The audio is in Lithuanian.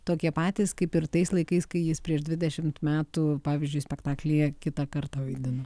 tokie patys kaip ir tais laikais kai jis prieš dvidešim metų pavyzdžiui spektaklyje kitą kartą vaidino